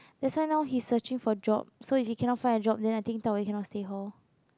that's why now he's searching for job so if he cannot find a job then I think Da-Wei cannot stay at home